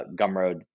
Gumroad